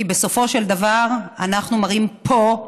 כי בסופו של דבר אנחנו מראים פה,